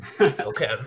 Okay